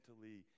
mentally